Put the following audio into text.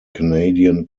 canadian